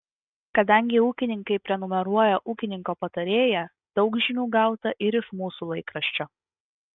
kadangi ūkininkai prenumeruoja ūkininko patarėją daug žinių gauta ir iš mūsų laikraščio